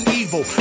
evil